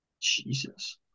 Jesus